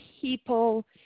people